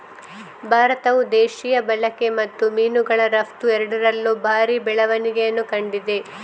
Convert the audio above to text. ಭಾರತವು ದೇಶೀಯ ಬಳಕೆ ಮತ್ತು ಮೀನುಗಳ ರಫ್ತು ಎರಡರಲ್ಲೂ ಭಾರಿ ಬೆಳವಣಿಗೆಯನ್ನು ಕಂಡಿದೆ